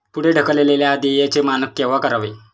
पुढे ढकललेल्या देयचे मानक केव्हा करावे?